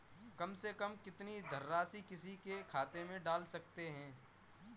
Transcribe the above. कम से कम कितनी धनराशि किसी के खाते में डाल सकते हैं?